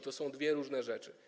To są dwie różne rzeczy.